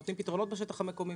נותנים פתרונות בשטח המקומי,